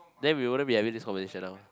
then we wouldn't be having this conversation now